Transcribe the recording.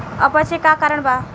अपच के का कारण बा?